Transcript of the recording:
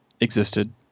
existed